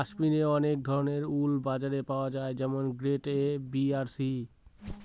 কাশ্মিরে অনেক ধরনের উল বাজারে পাওয়া যায় যেমন গ্রেড এ, বি আর সি